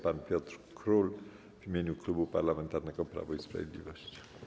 Pan poseł Piotr Król w imieniu Klubu Parlamentarnego Prawo i Sprawiedliwość.